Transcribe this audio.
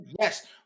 Yes